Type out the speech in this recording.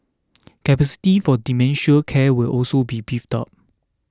capacity for dementia care will also be beefed up